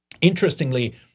Interestingly